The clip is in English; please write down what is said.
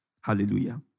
Hallelujah